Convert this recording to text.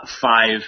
five